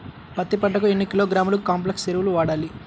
పత్తి పంటకు ఎన్ని కిలోగ్రాముల కాంప్లెక్స్ ఎరువులు వాడాలి?